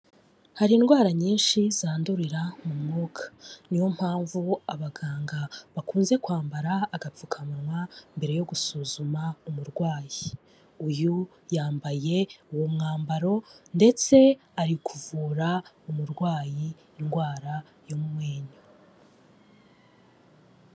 Hari indwara nyinshi zandurira mu mwuka, niyo mpamvu abaganga bakunze kwambara agapfukamunwa mbere yo gusuzuma umurwayi, uyu yambaye uwo mwambaro ndetse ari kuvura umurwayi indwara yo mu menyo.